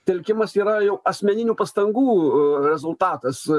telkimas yra jau asmeninių pastangų rezultatas